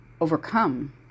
overcome